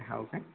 हो काय